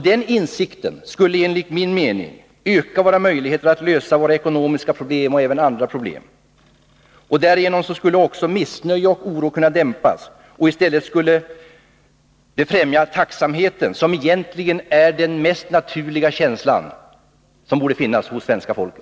Den insikten skulle enligt min mening öka våra möjligheter att lösa våra ekonomiska och även andra problem, och därigenom skulle också missnöje och oro kunna dämpas. Den skulle också främja tacksamheten, som egentligen borde vara den mest naturliga känslan hos svenska folket.